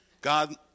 God